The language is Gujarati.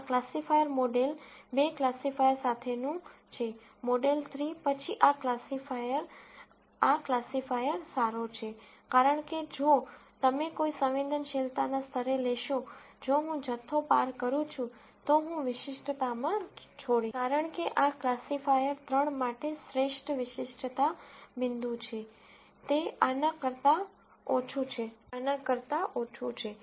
આ ક્લાસિફાયર મોડેલ 2 ક્લાસિફાયર સાથેનું છે મોડેલ 3 પછી આ ક્લાસિફાયર આ ક્લાસિફાયર સારો છે કારણ કે જો તમે કોઈ સંવેદનશીલતાના સ્તરે લેશો જો હું જથ્થો પાર કરું છું તો હું વિશિષ્ટતામાં છોડીશ કારણ કે આ ક્લાસિફાયર 3 માટે શ્રેષ્ઠ વિશેષ્ટતા બિંદુ છે તે આના કરતા ઓછું છે આના કરતા ઓછું છે